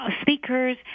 speakers